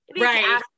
right